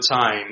time